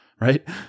right